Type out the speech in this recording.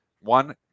one